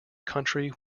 country